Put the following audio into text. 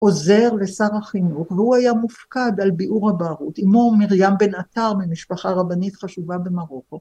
עוזר לשר החינוך והוא היה מופקד על ביעור הבערות. אמו מרים בן עטר ממשפחה רבנית חשובה במרוקו.